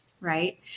right